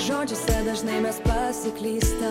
žodžiais dažnai mes pasiklystam